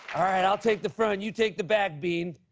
all right. i'll take the front. you take the back, bean.